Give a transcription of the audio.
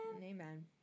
amen